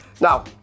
Now